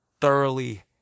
thoroughly